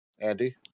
Andy